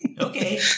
Okay